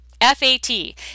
F-A-T